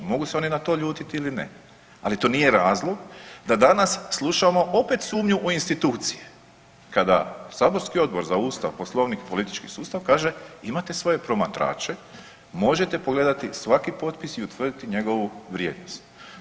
Mogu se oni na to ljutiti ili ne, ali to nije razlog da danas slušamo opet sumnju u institucije kada saborski Odbor za Ustav, Poslovnik i politički sustav kaže imate svoje promatrače, možete pogledati svaki potpis i utvrditi njegovu vrijednost.